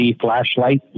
flashlight